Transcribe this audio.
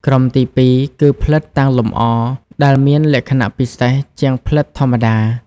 ក្រុមទីពីរគឺ ផ្លិតតាំងលម្អ ដែលមានលក្ខណៈពិសេសជាងផ្លិតធម្មតា។